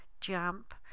jump